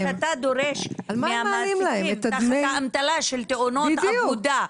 ברגע שאתה דורש מהמעסיקים באמתלה של תאונות עבודה,